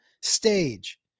stage